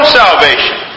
salvation